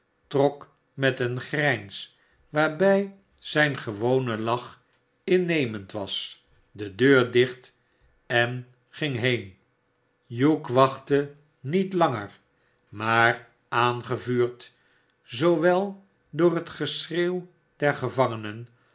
trok met een grijns waarbij zijn gewone lach innemend was de deur dicht en ging heen hugh wachtte niet langer maar aangevuurd zoowel door het geschreeuw der gevangenen